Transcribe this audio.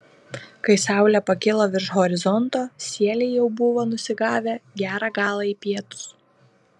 kai saulė pakilo virš horizonto sieliai jau buvo nusigavę gerą galą į pietus